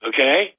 Okay